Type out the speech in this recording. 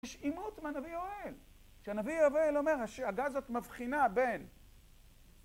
יש אימות מהנביא יואל שהנביא יואל אומר השאגה הזאת מבחינה בין..